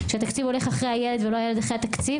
שהתקציב הולך אחרי הילד ולא הילד אחרי התקציב